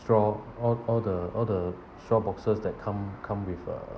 straw all all the all the straw boxes that come come with uh